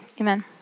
Amen